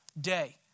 day